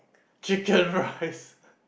chicken rice